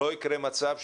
לא יקרה מצב,